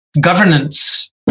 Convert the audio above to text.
governance